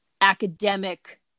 academic